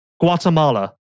Guatemala